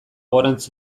gorantz